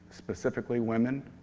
specifically women,